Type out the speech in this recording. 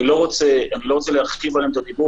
אני לא רוצה להרחיב עליהן את הדיבור,